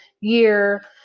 year